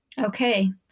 Okay